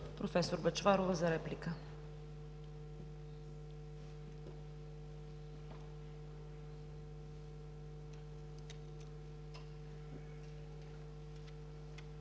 Професор Бъчварова – за реплика.